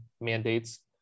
mandates